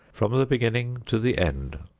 from the beginning to the end,